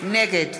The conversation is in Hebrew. נגד